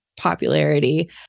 popularity